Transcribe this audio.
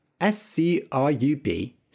S-C-R-U-B